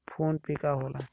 PhonePe का होला?